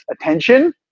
attention